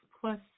plus